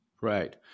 Right